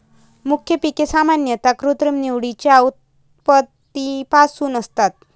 मुख्य पिके सामान्यतः कृत्रिम निवडीच्या उत्पत्तीपासून असतात